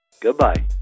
Goodbye